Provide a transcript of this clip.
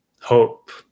hope